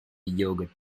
yogurt